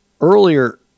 Earlier